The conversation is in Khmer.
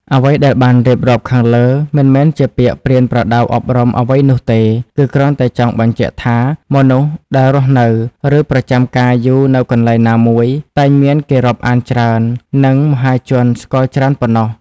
អ្វីដែលបានរៀបរាប់ខាងលើ មិនមែនជាពាក្យប្រៀនប្រដៅអប់រំអ្វីនោះទេ គឺគ្រាន់តែចង់បញ្ជាក់ថា មនុស្សដែលរស់នៅ ឬប្រចាំការយូរនៅកន្លែងណាមួយ តែងមានគេរាប់អានច្រើន និងមហាជនស្គាល់ច្រើនប៉ុណ្ណោះ។